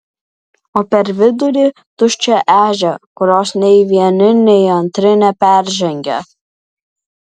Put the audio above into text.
o per vidurį tuščia ežia kurios nei vieni nei antri neperžengia